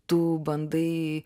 tu bandai